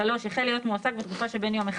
החל להיות מועסק בתקופה שבין יום 1